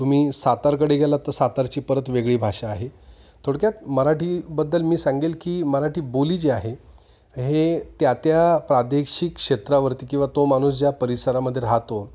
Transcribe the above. तुम्ही सातारकडे गेला तर सातारची परत वेगळी भाषा आहे थोडक्यात मराठीबद्दल मी सांगेल की मराठी बोली जी आहे हे त्या त्या प्रादेशिक क्षेत्रावरती किंवा तो माणूस ज्या परिसरामध्ये राहतो